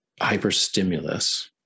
hyper-stimulus